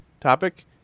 Topic